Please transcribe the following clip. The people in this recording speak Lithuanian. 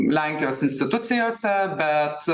lenkijos institucijose bet